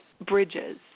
bridges